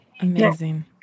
Amazing